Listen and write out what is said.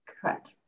Correct